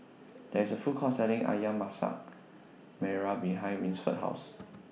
There IS A Food Court Selling Ayam Masak Merah behind Winford's House